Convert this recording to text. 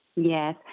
yes